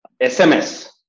SMS